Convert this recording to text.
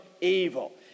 evil